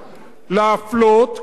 להפלות,